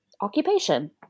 occupation